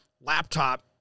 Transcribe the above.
laptop